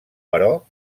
però